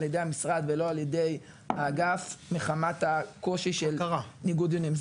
ידי המשרד ולא על ידי האגף מחמת הקושי של ניגוד עניינים,